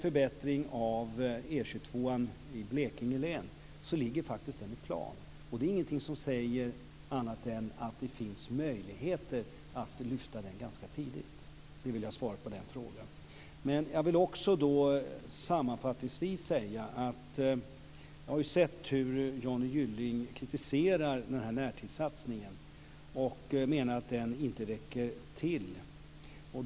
Förbättringen av E 22 i Blekinge län ligger faktiskt i plan. Det är ingenting som säger annat än att det finns möjlighet att lyfta fram den ganska tidigt. Det vill jag svara på den frågan. Men jag vill också sammanfattningsvis säga att jag har sett hur Johnny Gylling kritiserar närtidssatsningen och menar att den inte räcker till.